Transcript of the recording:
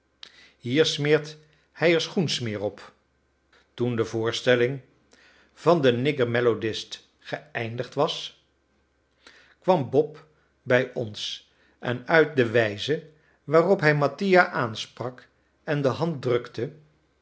hier smeert hij er schoensmeer op toen de voorstelling van de nigger melodist geëindigd was kwam bob bij ons en uit de wijze waarop hij mattia aansprak en de hand drukte